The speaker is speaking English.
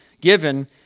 given